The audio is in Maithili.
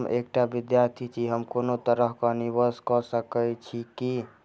हम एकटा विधार्थी छी, हम कोनो तरह कऽ निवेश कऽ सकय छी की?